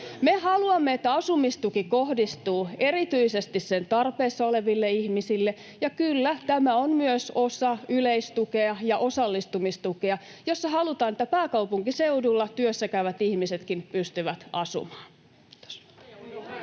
Me haluamme, että asumistuki kohdistuu erityisesti sen tarpeessa oleville ihmisille, ja kyllä, tämä on myös osa yleistukea ja osallistumistukea, jossa halutaan, että pääkaupunkiseudullakin työssäkäyvät ihmiset pystyvät asumaan. — Kiitos.